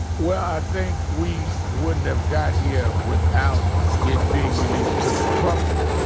well, i think we wouldn't have got here without it being released to the public.